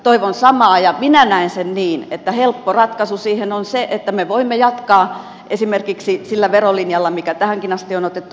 toivon samaa ja minä näen sen niin että helppo ratkaisu siihen on se että me voimme jatkaa esimerkiksi sillä verolinjalla mikä tähänkin asti on otettu